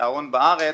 ההון בארץ.